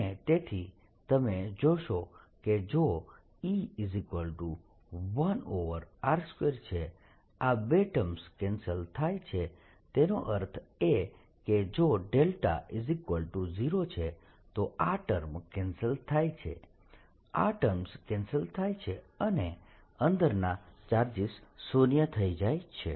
અને તેથી તમે જોશો કે જો E1r2 છે આ બે ટર્મ્સ કેન્સલ થાય છે તેનો અર્થ એ કે જો δ0 છે તો આ ટર્મ્સ કેન્સલ થાય છે આ ટર્મ કેન્સલ થાય છે અને અંદરના ચાર્જીસ શૂન્ય થઈ જાય છે